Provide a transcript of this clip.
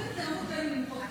יורדת לרמות כאלה נמוכות,